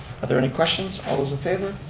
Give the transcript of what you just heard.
are there any questions? all those in favor?